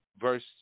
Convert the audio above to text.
verse